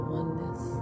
oneness